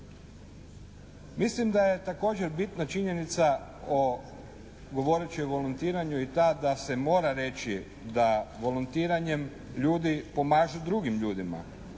Mislim da je također bitna činjenica o, govoreći o volontiranju i ta da se mora reći da volontiranjem ljudi pomažu drugim ljudima.